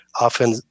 often